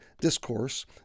discourse